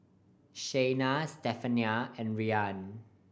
Shayna Stephania and Rian